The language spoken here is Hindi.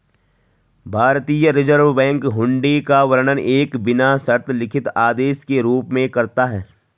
भारतीय रिज़र्व बैंक हुंडी का वर्णन एक बिना शर्त लिखित आदेश के रूप में करता है